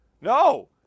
No